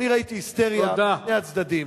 אני ראיתי היסטריה משני הצדדים,